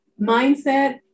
mindset